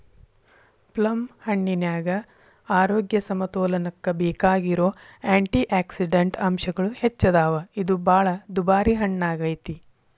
ಪ್ಲಮ್ಹಣ್ಣಿನ್ಯಾಗ ಆರೋಗ್ಯ ಸಮತೋಲನಕ್ಕ ಬೇಕಾಗಿರೋ ಆ್ಯಂಟಿಯಾಕ್ಸಿಡಂಟ್ ಅಂಶಗಳು ಹೆಚ್ಚದಾವ, ಇದು ಬಾಳ ದುಬಾರಿ ಹಣ್ಣಾಗೇತಿ